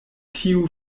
tiu